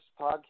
podcast